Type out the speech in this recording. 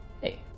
Hey